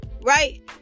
right